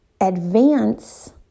advance